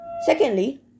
Secondly